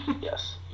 yes